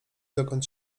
dokąd